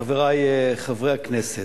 חברי חברי הכנסת,